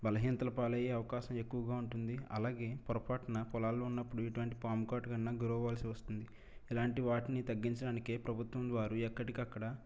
బలహీనతల పాలయ్యే అవకాశం ఎక్కువగా ఉంటుంది అలాగే పొరపాటున పొలాల్లో ఉన్నప్పుడు ఇటువంటి పాము కాటుకన్నా గురవ్వాల్సి వస్తుంది ఇలాంటి వాటిని తగ్గించడానికే ప్రభుత్వం వారు ఎక్కటికక్కడ